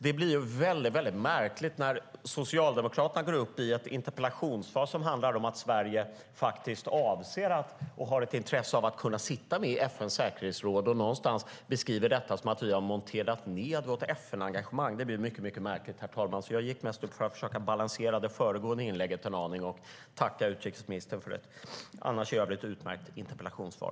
Det blir väldigt märkligt när Socialdemokraterna går upp i debatten om ett interpellationssvar som handlar om att Sverige faktiskt avser och har ett intresse av att sitta med i FN:s säkerhetsråd och någonstans beskriver det som att vi har monterat ned vårt FN-engagemang. Det blir mycket märkligt, herr talman, så jag gick mest upp för att försöka balansera det föregående inlägget en aning och tacka utrikesministern för ett utmärkt interpellationssvar.